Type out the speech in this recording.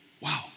Wow